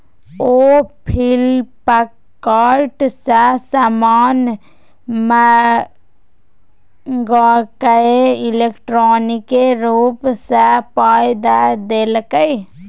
ओ Flipkart सँ समान मंगाकए इलेक्ट्रॉनिके रूप सँ पाय द देलकै